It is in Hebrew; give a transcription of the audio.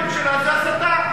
כל הנאום שלה זה הסתה.